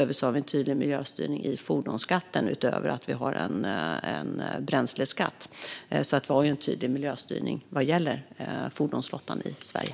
Vi har också fordonsskatten och en bränsleskatt. Det finns alltså en tydlig miljöstyrning vad gäller fordonsflottan i Sverige.